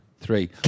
three